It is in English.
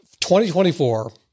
2024